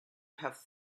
have